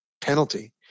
penalty